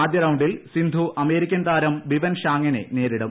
ആദ്യ റൌണ്ടിൽ സിന്ധു അമേരിക്കൻ താരം ബിവൻ ഷാങ്ങിനെ നേരിടും